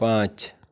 पांच